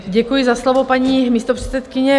Děkuji za slovo, paní místopředsedkyně.